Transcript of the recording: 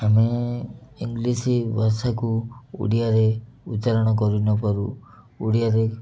ଆମେ ଇଂଗ୍ଲିଶ୍ ଭାଷାକୁ ଓଡ଼ିଆରେ ଉଚ୍ଚାରଣ କରି ନ ପାରୁ ଓଡ଼ିଆରେ